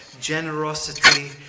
generosity